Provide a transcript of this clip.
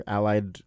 Allied